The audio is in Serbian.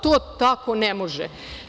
To tako ne može.